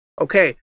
okay